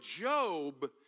Job